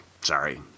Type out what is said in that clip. Sorry